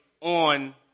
on